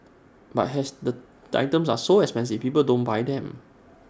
but as the items are so expensive people don't buy them